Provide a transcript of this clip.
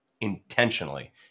intentionally